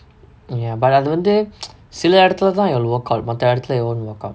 ya but அது வந்து:athu vanthu சில இடத்துலதா:sila idathulathaa I'll workout மத்த இடத்துல:maththa idaththula I won't workout